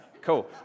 cool